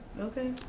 okay